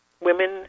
women